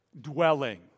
dwelling